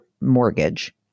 mortgage